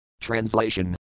Translation